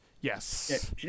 Yes